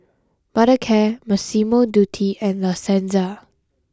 Mothercare Massimo Dutti and La Senza